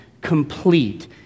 complete